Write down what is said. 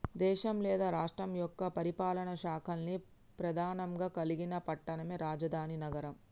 దేశం లేదా రాష్ట్రం యొక్క పరిపాలనా శాఖల్ని ప్రెధానంగా కలిగిన పట్టణమే రాజధాని నగరం